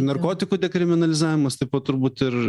narkotikų dekriminalizavimas taip pat turbūt ir